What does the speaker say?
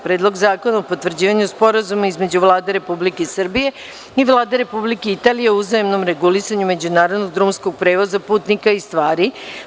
Predlog zakona o potvrđivanju između Vlade Republike Srbije i Vlade Republike Italije o uzajamnom regulisanju međunarodnog drumskog prevoza putnika i stvari; 17.